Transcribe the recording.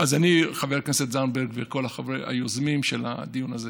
אז חברת הכנסת זנדברג וכל היוזמים של הדיון הזה,